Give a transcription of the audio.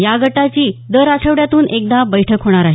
या गटाची दर आठवड्यातून एकदा बैठक होणार आहे